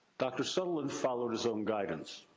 dr. sutherland followed his own guidance.